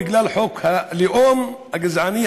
בגלל חוק הלאום הגזעני,